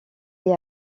est